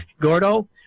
Gordo